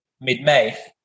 mid-May